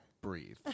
breathe